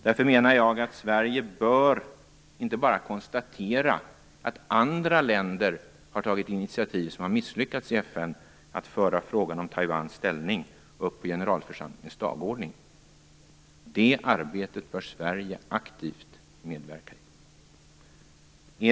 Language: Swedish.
Därför menar jag att Sverige inte bara bör konstatera att andra länder har tagit initiativ som misslyckats i FN för att föra upp frågan om Taiwans ställning på generalförsamlingens dagordning. Sverige bör i stället aktivt medverka i arbetet.